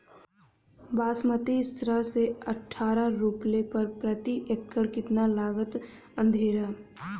बासमती सत्रह से अठारह रोपले पर प्रति एकड़ कितना लागत अंधेरा?